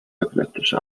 epileptische